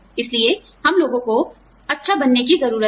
इसलिए हम लोगों को अच्छा बनने की जरूरत है